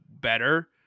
better